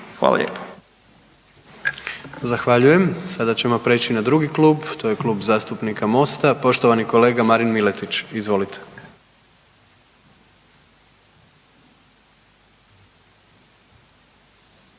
Gordan (HDZ)** Zahvaljujem. Sada ćemo prijeći na drugi klub, to je Klub zastupnika Mosta i poštovani kolega Marin Miletić. Izvolite.